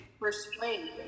persuade